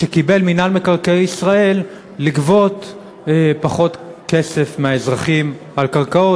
שקיבל מינהל מקרקעי ישראל לגבות פחות כסף מהאזרחים על קרקעות,